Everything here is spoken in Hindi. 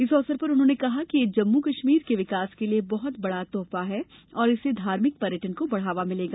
इस अवसर पर उन्होंने कहा कि यह जम्मू कश्मीर के विकास के लिये बहुत बड़ा तोहफा है और इससे धार्मिक पर्यटन को बढ़ावा मिलेगा